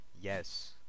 Yes